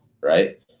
Right